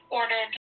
ordered